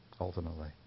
ultimately